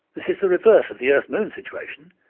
this is the reverse of the earth-moon situation,